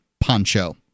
poncho